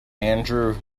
andrew